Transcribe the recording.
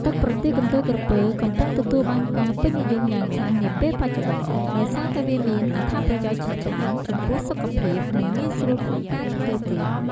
ទឹកប្រទាលកន្ទុយក្រពើ កំពុងទទួលបានការពេញនិយមយ៉ាងខ្លាំងនាពេលបច្ចុប្បន្ន ដោយសារតែវាមានអត្ថប្រយោជន៍ជាច្រើនចំពោះសុខភាព និងងាយស្រួលក្នុងការទទួលទាន។